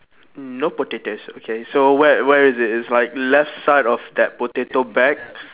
no potatoes okay so where where is it it's like left side of that potato bag